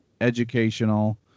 educational